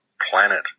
planet